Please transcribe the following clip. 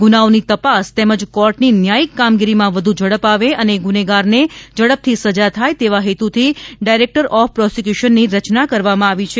ગુનાઓની તપાસ તેમજ કોર્ટની ન્યાયિક કામગીરીમાં વધુ ઝડપ આવે અને ગુનેગારને ઝડપથી સજા થાય તેવા હેતુથી ડાયરેક્ટર ઓફ પ્રોસિક્યુશનની રચના કરવામાં આવી છે